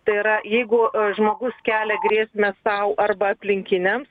tai yra jeigu žmogus kelia grėsmę sau arba aplinkiniams